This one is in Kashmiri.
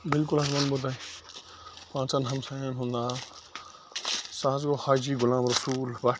بالکُل حظ وَنہٕ بہٕ تۄہہِ پانٛژَن ہمسایَن ہُنٛد ناو سُہ حظ گوٚو حاجی غلام رسوٗل بٹ